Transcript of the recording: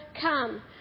come